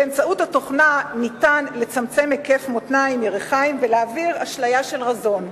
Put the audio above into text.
באמצעות התוכנה ניתן לצמצם היקף מותניים וירכיים ולהעביר אשליה של רזון.